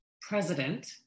president